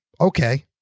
Okay